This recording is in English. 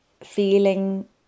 feeling